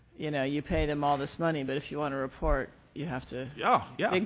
you know, you pay them all this money, but if you want a report, you have to yeah. yeah.